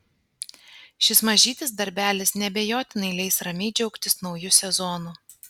šis mažytis darbelis neabejotinai leis ramiai džiaugtis nauju sezonu